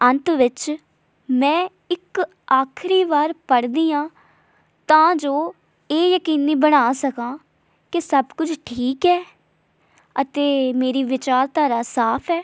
ਅੰਤ ਵਿਚ ਮੈਂ ਇੱਕ ਆਖਰੀ ਵਾਰ ਪੜ੍ਹਦੀ ਹਾਂ ਤਾਂ ਜੋ ਇਹ ਯਕੀਨੀ ਬਣਾ ਸਕਾਂ ਕਿ ਸਭ ਕੁਝ ਠੀਕ ਹੈ ਅਤੇ ਮੇਰੀ ਵਿਚਾਰਧਾਰਾ ਸਾਫ ਹੈ